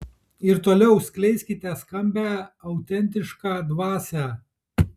ir toliau skleiskite skambią autentišką dvasią